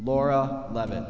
laura levon